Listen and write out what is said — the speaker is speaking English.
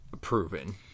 proven